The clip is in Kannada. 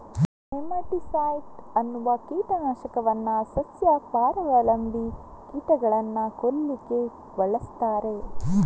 ನೆಮಾಟಿಸೈಡ್ ಅನ್ನುವ ಕೀಟ ನಾಶಕವನ್ನ ಸಸ್ಯ ಪರಾವಲಂಬಿ ಕೀಟಗಳನ್ನ ಕೊಲ್ಲಿಕ್ಕೆ ಬಳಸ್ತಾರೆ